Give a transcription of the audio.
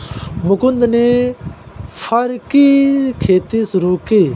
मुकुन्द ने फर की खेती शुरू की